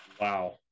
Wow